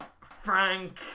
Frank